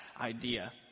idea